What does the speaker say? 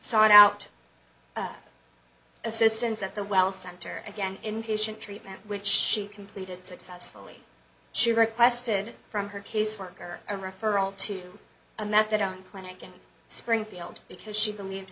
sought out assistance at the well center again inpatient treatment which she completed successfully she requested from her caseworker a referral to a methadone clinic in springfield because she believed